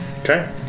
Okay